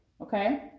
Okay